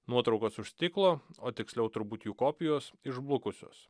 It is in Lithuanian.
nuotraukos už stiklo o tiksliau turbūt jų kopijos išblukusios